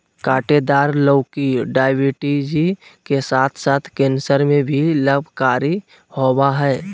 काँटेदार लौकी डायबिटीज के साथ साथ कैंसर में भी लाभकारी होबा हइ